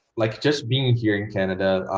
like just being here in canada.